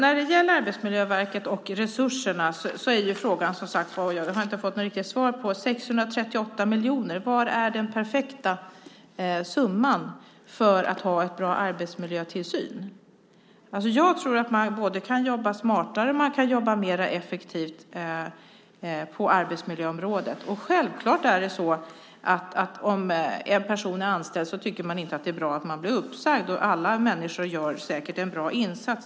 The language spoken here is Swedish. Herr talman! Jag har inte fått svar på vad som är den perfekta summan för att ha en bra arbetsmiljötillsyn. Jag tror att man kan jobba smartare och mer effektivt på arbetsmiljöområdet. En person som är anställd tycker självklart inte att det är bra att bli uppsagd. Alla människor gör säkert en bra insats.